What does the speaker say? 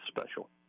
special